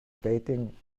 dating